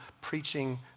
preaching